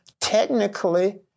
technically